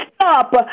stop